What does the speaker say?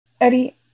Eddie